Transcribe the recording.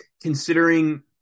considering